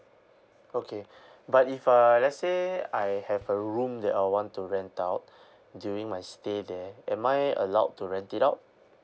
okay but if uh let's say I have a room that I'll want to rent out during my stay there am I allowed to rent it out